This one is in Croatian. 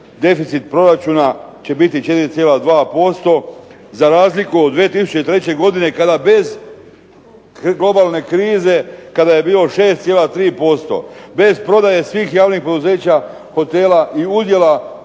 deficit proračuna će biti 4,2% za razliku od 2003. godine kada bez globalne krize kada je bilo 6,3% bez prodaje svih javnih poduzeća, hotela i udjela